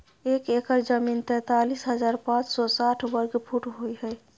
एक एकड़ जमीन तैंतालीस हजार पांच सौ साठ वर्ग फुट होय हय